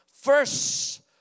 First